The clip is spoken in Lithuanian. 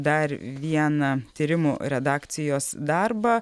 dar vieną tyrimų redakcijos darbą